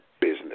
business